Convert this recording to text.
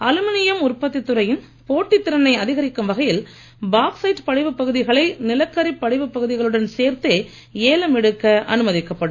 aluminium உற்பத்தி துறையின் போட்டித் திறனை அதிகரிக்கும் வகையில் பாக்சைட் படிவுப் பகுதிகளை நிலக்கரிப் படிவு பகுதிகளுடன் சேர்த்தே ஏலம் எடுக்க அனுமதிக்கப்படும்